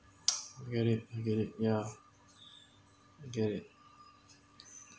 I get it I get it yeah I get it